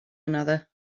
another